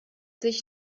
sich